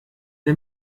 der